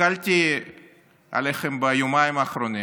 הסתכלתי עליכם ביומיים האחרונים,